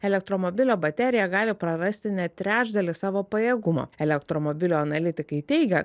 elektromobilio baterija gali prarasti net trečdalį savo pajėgumo elektromobilio analitikai teigia